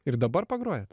ir dabar pagrojat